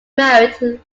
married